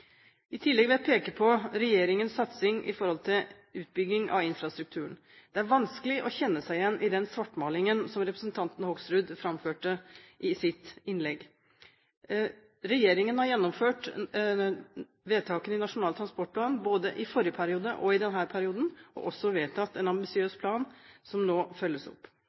I tillegg vil jeg peke på regjeringens satsing på utbygging av infrastrukturen. Det er vanskelig å kjenne seg igjen i den svartmalingen som representanten Hoksrud framførte i sitt innlegg. Regjeringen har fulgt opp vedtakene i Nasjonal transportplan, både i forrige periode og i denne perioden, og har også vedtatt en ambisiøs plan som nå følges opp.